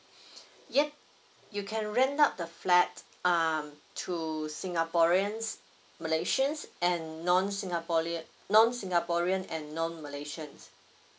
yup you can rent out the flat um to singaporeans malaysians and non singaporelean non singaporean and non malaysians